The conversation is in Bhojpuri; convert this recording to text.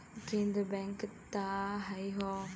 केन्द्र बैंक त हइए हौ